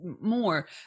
more